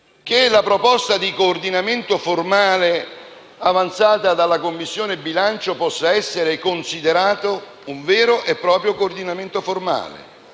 che la proposta di coordinamento formale, avanzata dalla Commissione bilancio, possa essere considerata un vero e proprio coordinamento formale,